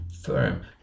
firm